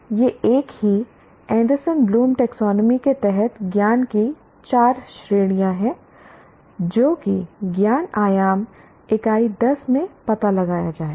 ये एक ही एंडरसन ब्लूम टैक्सोनॉमी के तहत ज्ञान की चार श्रेणियां हैं जो कि ज्ञान आयाम इकाई 10 में पता लगाया जाएगा